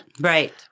right